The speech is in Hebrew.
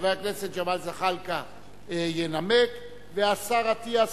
חבר הכנסת ג'מאל זחאלקה ינמק והשר אטיאס,